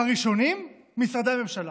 הראשונים, משרדי הממשלה,